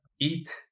eat